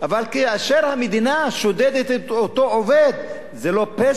אבל כאשר המדינה שודדת את אותו עובד, זה לא פשע?